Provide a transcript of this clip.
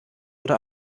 oder